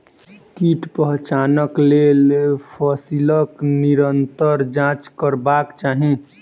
कीट पहचानक लेल फसीलक निरंतर जांच करबाक चाही